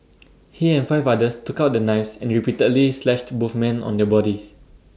he and five others took out their knives and repeatedly slashed both men on their bodies